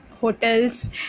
hotels